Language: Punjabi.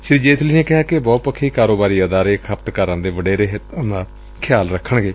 ਸ੍ਸੀ ਜੇਤਲੀ ਨੇ ਕਿਹਾ ਕਿ ਬਹੁ ਪੱਖੀ ਕਾਰੋਬਾਰੀ ਅਦਾਰੇ ਖਪਤਕਾਰਾਂ ਦੇ ਵਡੇਰੇ ਹਿੱਤਾਂ ਦਾ ਖਿਆਲ ਰੱਖਣਗੇ